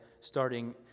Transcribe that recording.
starting